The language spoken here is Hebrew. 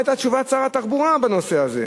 מה היתה תשובת שר התחבורה בנושא הזה.